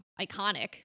iconic